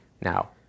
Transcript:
now